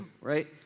right